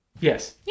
Yes